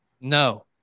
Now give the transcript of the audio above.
no